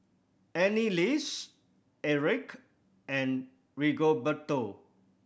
Anneliese Aric and Rigoberto